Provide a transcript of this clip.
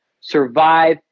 survive